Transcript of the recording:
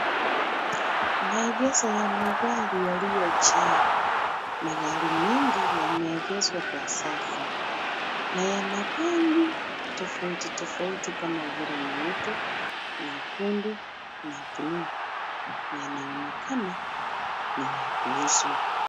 Maegesho ya magari yaliyojaa magari mengi yameegezwa kwa safu na yana rangi tofauti tofauti kama vile; nyeupe, nyekundu na bluu. Yanaonekana ni ya kuuzwa.